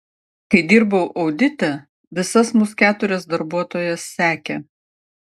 kai dirbau audite visas mus keturias darbuotojas sekė